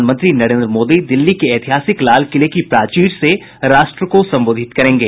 प्रधानमंत्री नरेन्द्र मोदी दिल्ली में ऐतिहासिक लालकिले की प्राचीर से राष्ट्र को सम्बोधित करेंगे